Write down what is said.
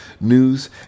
news